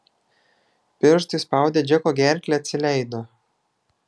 pirštai spaudę džeko gerklę atsileido